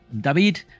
David